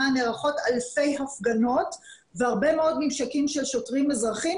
נערכות אלפי הפגנות והרבה מאוד ממשקים של שוטרים-אזרחים,